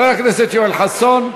חבר הכנסת יואל חסון,